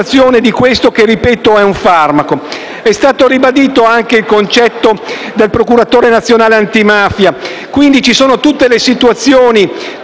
È stato ribadito il concetto anche dal procuratore nazionale antimafia. Quindi, ci sono tutte le situazioni e tutti gli elementi perché noi possiamo